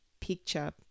picture